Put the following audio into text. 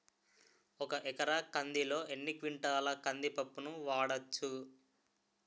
ఒక ఎకర కందిలో ఎన్ని క్వింటాల కంది పప్పును వాడచ్చు?